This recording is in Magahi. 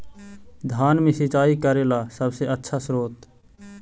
धान मे सिंचाई करे ला सबसे आछा स्त्रोत्र?